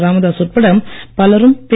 ராமதாஸ் உட்பட பலரும் பி